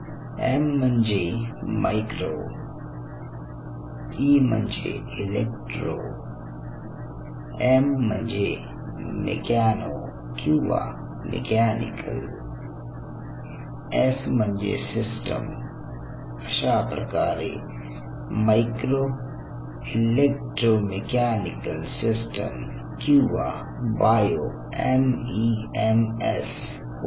M म्हणजे micro E म्हणजे electro M म्हणजे मेकॅनो किंवा मेकॅनिकल or mechanical S म्हणजे सिस्टम अशाप्रकारे माइक्रो इलेक्ट्रोमेकॅनिकल सिस्टम किंवा बायो एमईएमएस होते